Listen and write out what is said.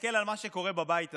ומסתכל על מה שקורה בבית הזה,